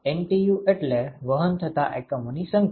NTU એટલે વહન થતા એકમોની સંખ્યા